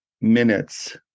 minutes